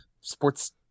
sports